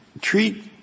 treat